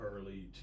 early